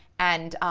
and